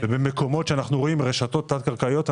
במקומות שאנחנו רואים רשתות תת-קרקעיות,